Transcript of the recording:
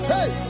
Hey